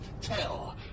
tell